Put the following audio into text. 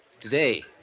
Today